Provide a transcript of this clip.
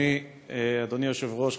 אדוני היושב-ראש,